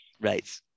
right